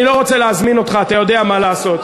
אני לא רוצה להזמין אותך, אתה יודע מה לעשות.